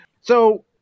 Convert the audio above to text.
So-